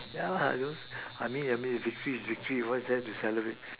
ya lah you know I mean victory is victory what's there to celebrate